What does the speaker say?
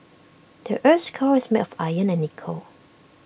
the Earth's core is made of iron and nickel